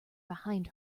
behind